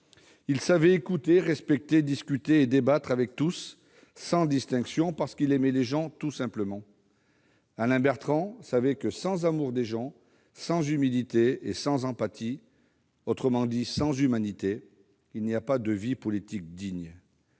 Il savait écouter, respecter, discuter et débattre avec tous, sans distinction, parce qu'il aimait les gens, tout simplement. Alain Bertrand savait que, sans amour des gens, sans humilité et sans empathie, autrement dit sans humanité, il n'y a pas de vie politique digne.